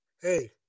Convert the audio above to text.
Hey